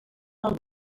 del